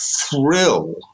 thrill